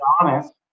honest